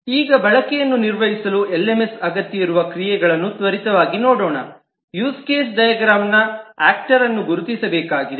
ಈಗ ಬಳಕೆಯನ್ನು ನಿರ್ಮಿಸಲು ಎಲ್ಎಂಎಸ್ ಅಗತ್ಯವಿರುವ ಕ್ರಿಯೆಗಳನ್ನು ತ್ವರಿತವಾಗಿ ನೋಡೋಣ ಯೂಸ್ ಕೇಸ್ ಡೈಗ್ರಾಮ್ ನ ಆಕ್ಟರನ್ನು ಗುರುತಿಸಬೇಕಾಗಿದೆ